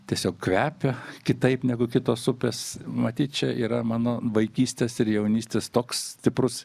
tiesiog kvepia kitaip negu kitos upės matyt čia yra mano vaikystės ir jaunystės toks stiprus